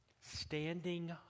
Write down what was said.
standing